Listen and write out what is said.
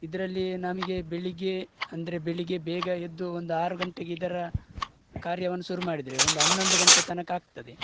ಇದರಲ್ಲಿ ನಮಗೆ ಬೆಳಗ್ಗೆ ಅಂದರೆ ಬೆಳಗ್ಗೆ ಬೇಗ ಎದ್ದು ಒಂದು ಆರು ಗಂಟೆಗೆ ಇದರ ಕಾರ್ಯವನ್ನ ಶುರು ಮಾಡಿದರೆ ಒಂದು ಹನ್ನೊಂದು ಗಂಟೆ ತನಕ ಆಗ್ತದೆ